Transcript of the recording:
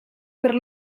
per